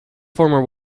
former